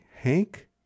Hank